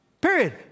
Period